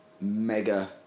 mega